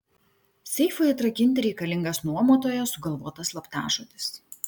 seifui atrakinti reikalingas nuomotojo sugalvotas slaptažodis